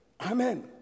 Amen